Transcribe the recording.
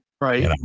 Right